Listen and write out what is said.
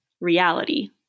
reality